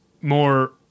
more